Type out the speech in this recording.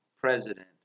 President